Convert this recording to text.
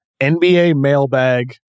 nbamailbag